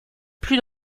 plus